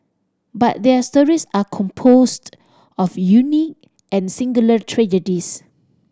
but their stories are composed of unique and singular tragedies